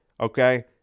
Okay